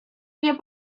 mnie